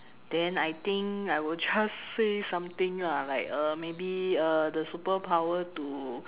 then I think I will just say something uh like uh maybe uh the superpower to